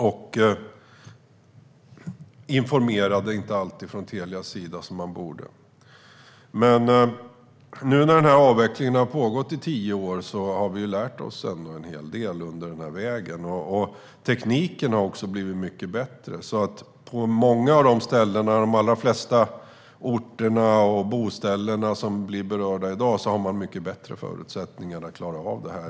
Telia informerade inte alltid som man borde. Nu när avvecklingen har pågått i tio år har vi lärt oss en hel del på vägen. Tekniken har dessutom blivit mycket bättre. På många av de ställen - på de allra flesta orter och boställen - som i dag berörs har man mycket bättre förutsättningar för att klara av detta.